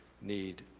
need